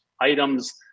items